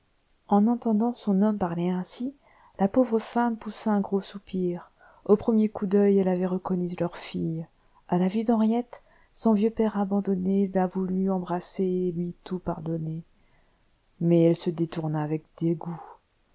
en entendant son homme parler ainsi la pauvre femme poussa un gros soupir au premier coup d'oeil elle avait reconnu leur fille à la vue d'henriette son vieux père abandonné la voulut embrasser et lui tout pardonner mais elle se détourna avec dégoût